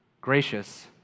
gracious